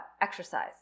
exercise